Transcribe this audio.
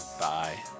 Bye